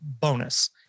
bonus